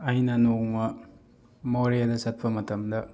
ꯑꯩꯅ ꯅꯣꯡꯃ ꯃꯣꯔꯦꯗ ꯆꯠꯄ ꯃꯇꯝꯗ